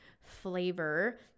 flavor